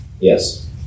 Yes